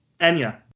Enya